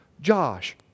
josh